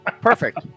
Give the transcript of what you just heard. Perfect